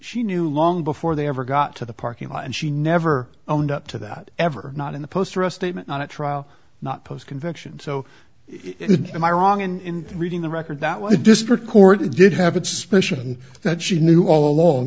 she knew long before they ever got to the parking lot and she never owned up to that ever not in the post or a statement on a trial not post conviction so it am i wrong in reading the record that was a district court he did have a suspicion that she knew all along